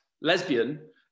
lesbian